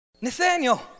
nathaniel